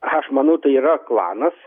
aš manau tai yra klanas